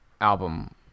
album